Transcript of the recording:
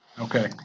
Okay